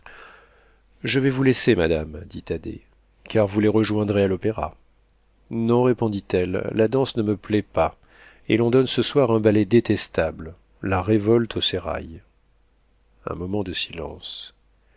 je vais vous laisser madame dit thaddée car vous les rejoindrez à l'opéra non répondit-elle la danse ne me plaît pas et l'on donne ce soir un ballet détestable la révolte au sérail un moment de silence